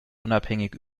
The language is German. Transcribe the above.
unabhängig